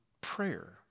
prayer